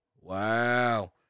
wow